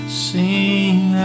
sing